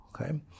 okay